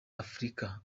afurika